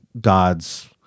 god's